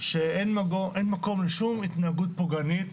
שאין מקום לשום התנהגות פוגענית